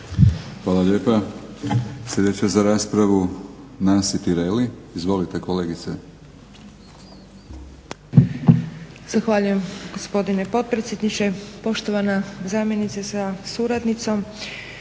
Hvala lijepa. Sljedeća za raspravu Nansi Tireli, izvolite kolegice.